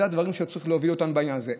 אלה הדברים שצריכים להבין אותם בעניין הזה.